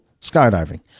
skydiving